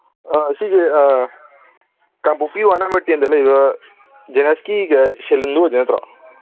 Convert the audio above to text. ꯁꯤꯁꯦ ꯀꯥꯡꯄꯣꯛꯄꯤ ꯋꯥꯠ ꯅꯝꯕꯔ ꯇꯦꯟꯗ ꯂꯩꯕ ꯖꯦꯂꯁꯀꯤ ꯁꯦꯂꯨꯟꯗꯨ ꯑꯣꯏꯗꯣꯏ ꯅꯠꯇ꯭ꯔꯣ